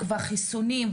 והחיסונים,